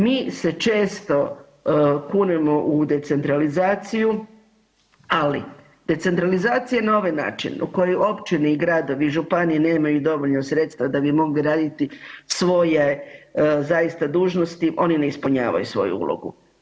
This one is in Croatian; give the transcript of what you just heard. Mi se često kunemo u decentralizaciju, ali, decentralizacija na ovaj način u kojem općine i gradovi i županije nemaju dovoljno sredstva da bi mogle raditi svoje zaista dužnosti, oni ne ispunjavaju svoju ulogu.